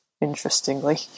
interestingly